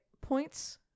points